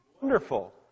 Wonderful